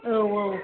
औ औ